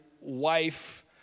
wife